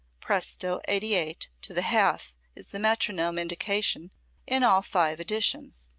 presto eighty eight to the half is the metronome indication in all five editions.